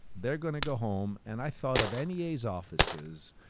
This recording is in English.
theyaeurre going to go home and i thought of any ace offices,